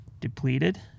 depleted